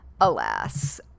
Alas